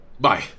Bye